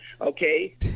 okay